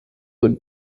would